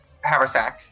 haversack